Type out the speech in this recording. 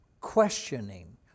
questioning